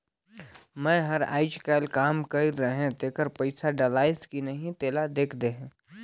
मै हर अईचकायल काम कइर रहें तेकर पइसा डलाईस कि नहीं तेला देख देहे?